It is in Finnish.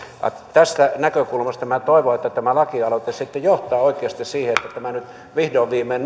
tästä näkökulmasta minä toivon että tämä lakialoite sitten johtaa oikeasti siihen että tämä nyt vihdoin viimein